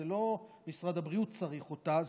לא משרד הבריאות צריך אותה,